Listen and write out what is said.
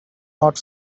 not